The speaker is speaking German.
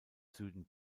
süden